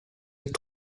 êtes